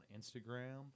Instagram